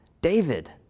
David